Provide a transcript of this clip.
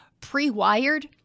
pre-wired